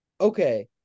Okay